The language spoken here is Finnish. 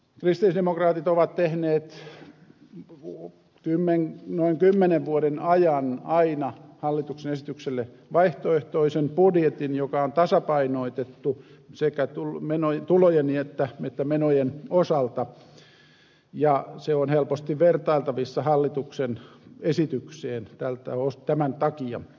kristillisdemokraatit ovat tehneet noin kymmenen vuoden ajan aina hallituksen esitykselle vaihtoehtoisen budjetin joka on tasapainotettu sekä tulojen että menojen osalta ja se on helposti vertailtavissa hallitukseen esitykseen tämän takia